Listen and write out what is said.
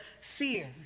fear